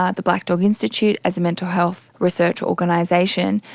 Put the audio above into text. ah the black dog institute as a mental health research organisation,